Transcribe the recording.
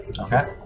Okay